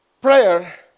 Prayer